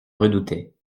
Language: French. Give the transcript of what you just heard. redoutait